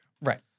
Right